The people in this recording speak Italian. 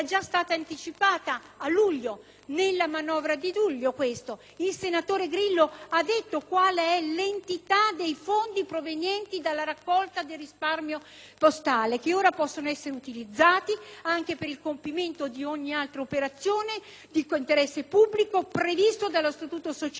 Il senatore Grillo ci ha detto qual è l'entità dei fondi provenienti dalla raccolta del risparmio postale, che ora possono essere utilizzati anche per il compimento di ogni altra operazione di interesse pubblico prevista dallo statuto sociale della Cassa depositi e prestiti nei confronti di Stato,